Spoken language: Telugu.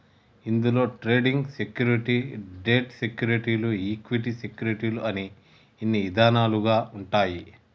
ఇందులో ట్రేడింగ్ సెక్యూరిటీ, డెట్ సెక్యూరిటీలు ఈక్విటీ సెక్యూరిటీలు అని ఇన్ని ఇదాలుగా ఉంటాయి